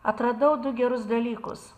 atradau du gerus dalykus